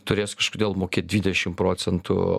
turės kažkodėl mokėt dvidešim procentų